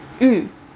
mm